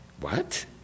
What